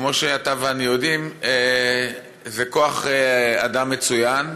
כמו שאתה ואני יודעים, זה כוח אדם מצוין.